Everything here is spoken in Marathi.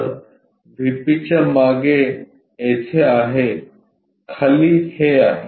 तर व्हीपीच्या मागे येथे आहे खाली हे आहे